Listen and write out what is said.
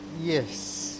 Yes